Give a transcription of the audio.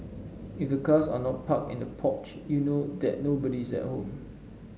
if the cars are not parked in the porch you know that nobody's at home